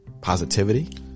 positivity